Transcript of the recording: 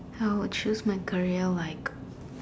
I would choose my career like